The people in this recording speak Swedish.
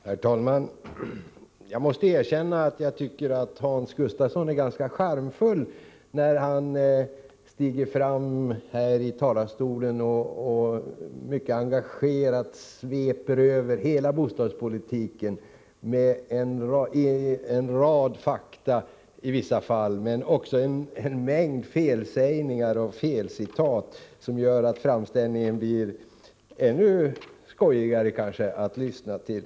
Herr talman! Jag måste erkänna att jag tycker att Hans Gustafsson är ganska charmfull när han stiger fram i talarstolen och mycket engagerat sveper över hela det bostadspolitiska området med en rad fakta i vissa fall, men också med en mängd felsägningar och felcitat som gör att framställningen kanske blir ännu skojigare att lyssna till.